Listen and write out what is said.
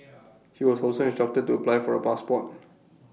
he was also instructed to apply for A passport